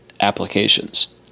applications